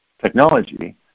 technology